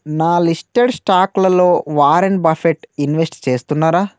నా లిస్టెడ్ స్టాక్లలో Warren Buffett invest చేస్తున్నారా